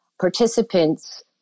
participants